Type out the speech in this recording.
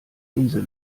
insel